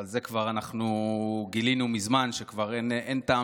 אבל זה כבר אנחנו גילינו מזמן שכבר אין טעם